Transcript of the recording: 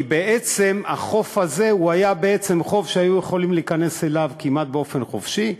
כי בעצם החוף הזה היה חוף שהיו יכולים להיכנס אליו כמעט באופן חופשי,